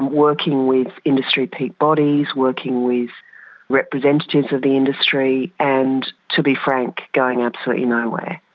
working with industry peak bodies, working with representatives of the industry. and to be frank going absolutely nowhere.